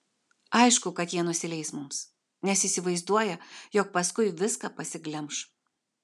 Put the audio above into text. aišku kad jie nusileis mums nes įsivaizduoja jog paskui viską pasiglemš